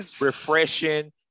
refreshing